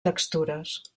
textures